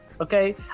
Okay